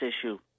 issue